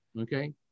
okay